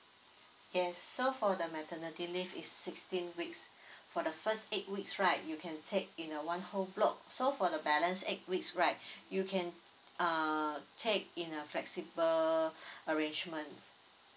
yes so for the maternity leave is sixteen weeks for the first eight weeks right you can take in a one whole block so for the balance eight weeks right you can uh take in a flexible arrangement